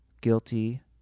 guilty